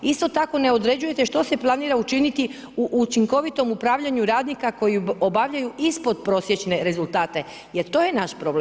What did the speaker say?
Isto tako ne određujete što se planira učiniti u učinkovitom upravljanju radnika koji obavljaju ispod prosječne rezultate, jer to je naš problem.